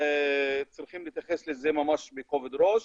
יש צורך להתייחס לזה בכובד ראש.